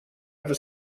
ever